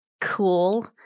cool